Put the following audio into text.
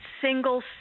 single